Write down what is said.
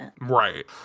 Right